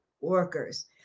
workers